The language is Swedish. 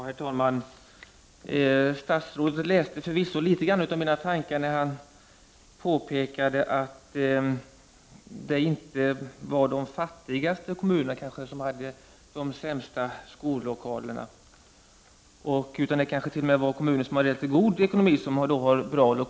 Herr talman! Statsrådet läste förvisso litet grand av mina tankar när han påpekade att det inte var de fattigaste kommunerna som hade de sämsta skollokalerna utan kanske kommuner med god ekonomi.